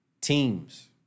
teams